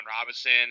Robinson